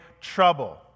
trouble